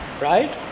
right